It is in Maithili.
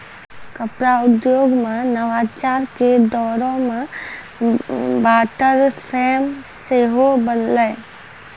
कपड़ा उद्योगो मे नवाचार के दौरो मे वाटर फ्रेम सेहो बनलै